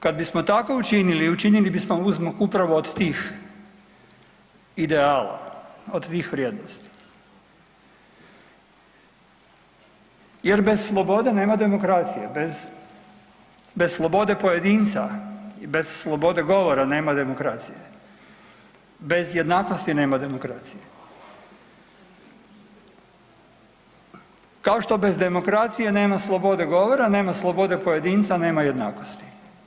Kad bismo tako učinili učinili bismo uzmak upravo od tih ideala, od tih vrijednosti jer bez slobode nema demokracije, bez, bez slobode pojedinca i bez slobode govora nema demokracije, bez jednakosti nema demokracije, kao što bez demokracije nema slobode govora, nema slobode pojedinca, nema jednakosti.